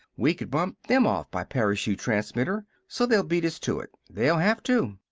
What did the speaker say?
we could bump them off by parachute-transmitter. so they'll beat us to it. they'll have to!